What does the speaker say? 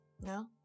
No